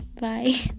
Bye